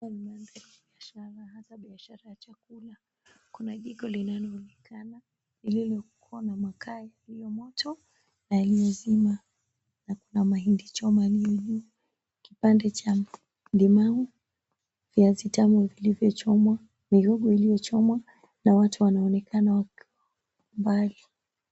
Huu ni upande wa biashara hasa biashara ya chakula. Kuna jiko linaloonekana liliokuwa na makaa iliyo moto na iliyozima, na kuna mahindi choma yaliyo juu, kipande cha limau, viazi tamu vilivyochomwa mihongo iliyochomwa na watu wanaonekana mbali.